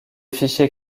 fichiers